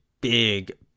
big